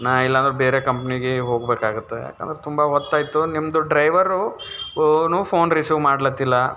ನಾನು ಇಲ್ಲ ಅಂದ್ರೆ ಬೇರೆ ಕಂಪ್ನಿಗೆ ಹೋಗ್ಬೇಕಾಗುತ್ತ ಏಕೆಂದ್ರೆ ತುಂಬ ಹೊತ್ತಾಯಿತು ನಿಮ್ಮದು ಡ್ರೈವರು ಓನು ಫೋನ್ ರಿಸೀವ್ ಮಾಡ್ಲತ್ತಿಲ್ಲ